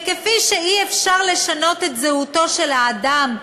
וכפי שאי-אפשר לשנות את זהותו של האדם,